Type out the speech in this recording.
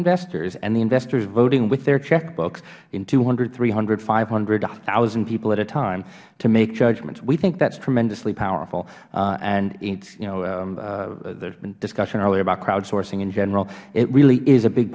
investors and the investors voting with their checkbooks in two hundred three hundred five hundred one thousand people at a time to make judgments we think that's tremendously powerful and it'sh you know the discussion earlier about crowdsourcing in general it really is a big